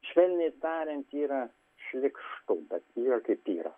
švelniai tariant yra šlykštu bet yra kaip yra